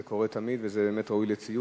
זה קורה תמיד, וזה באמת ראוי לציון.